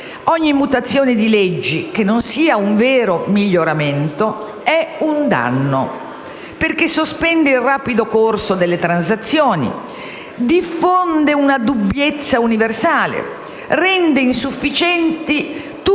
ogni mutazione di leggi, che non sia un vero miglioramento, è un danno, perché sospende il rapido corso delle transazioni, diffonde una dubbiezza universale, rende insufficienti tutte le